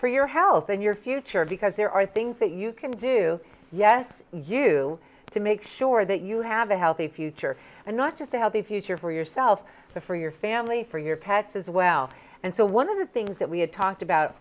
for your health and your future because there are things that you can do yes you to make sure that you have a healthy future and not just how the future for yourself but for your family for your pets as well and so one of the things that we had talked about